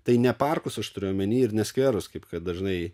tai ne parkus aš turiu omeny ir nes skverus kaip kad dažnai